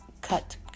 cut